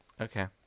Okay